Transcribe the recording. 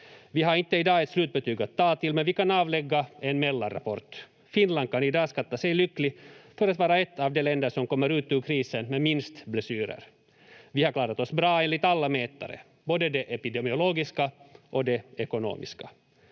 Vi har inte i dag ett slutbetyg att ta till, men vi kan avlägga en mellanrapport. Finland kan i dag skatta sig lycklig för att vara ett av de länder som kommer ut ur krisen med minst blessyrer. Vi har klarat oss bra enligt alla mätare — både de epidemiologiska och de ekonomiska.